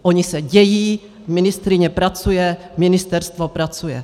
Ony se dějí, ministryně pracuje, ministerstvo pracuje.